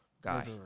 guy